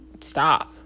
stop